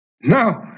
Now